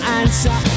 answer